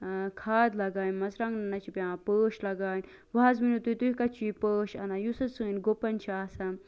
کھاد لَگاین مَژروانٛگنَن حظ چھ پیٚوان پٲشۍ لگاون وۄنۍ حظ ؤنِو تُہۍ تُہۍ کتہٕ چھو یہِ پٲشۍ انان یُس حظ سٲنٛۍ گُپَن چھِ آسان